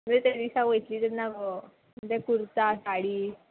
म्हणजे ते दिसा वयतली तेन्ना गो म्हणजे कुर्ता साडी